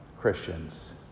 Christians